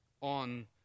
on